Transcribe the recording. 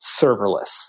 serverless